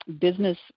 business